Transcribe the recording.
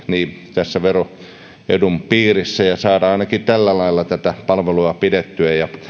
tässä veroedun piirissä ja saadaan ainakin tällä lailla tätä palvelua ja